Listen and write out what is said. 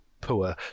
poor